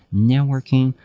networking.